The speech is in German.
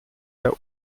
der